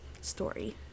story